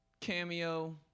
Cameo